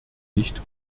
nicht